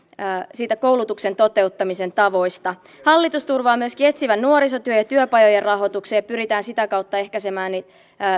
koulutuksen toteuttamisen tavoista hallitus turvaa myöskin etsivän nuorisotyön ja työpajojen rahoituksen ja pyritään sitä kautta ehkäisemään